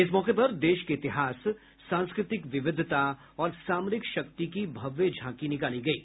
इस मौके पर देश के इतिहास सांस्कृतिक विविधता और सामरिक शक्ति की भव्य झांकी निकाली गयी